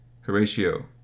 Horatio